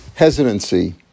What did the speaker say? Hesitancy